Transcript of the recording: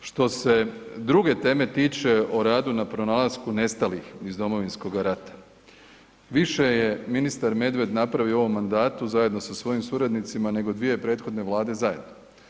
A što se druge teme tiče o radu na pronalasku nestalih iz Domovinskog rata, više je ministar Medved napravio u ovom mandatu zajedno sa svojim suradnicima nego dvije prethodne vlade zajedno.